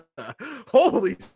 Holy